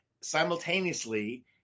Simultaneously